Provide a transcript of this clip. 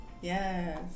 Yes